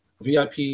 VIP